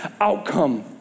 outcome